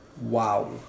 Wow